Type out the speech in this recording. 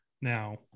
Now